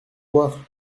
voir